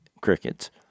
crickets